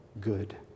good